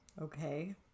Okay